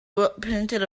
printed